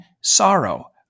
sorrow